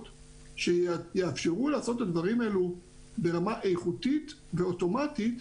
שיאפשרו לעשות את הדברים האלה ברמה איכותית ואוטומטית,